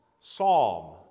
psalm